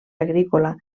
agrícola